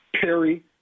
Perry